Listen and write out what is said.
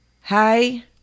hi